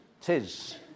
tis